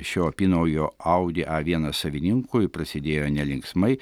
šio apynaujo audi a vienas savininkui prasidėjo nelinksmai